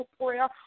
prayer